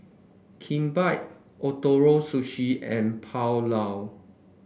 Kimbap Ootoro Sushi and Pulao